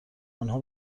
آنها